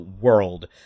world